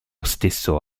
stesso